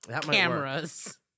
Cameras